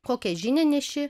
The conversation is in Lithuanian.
kokią žinią neši